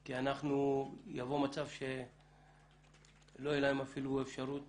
כי יהיה מצב שלא תהיה להם אפשרות